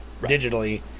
digitally